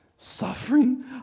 Suffering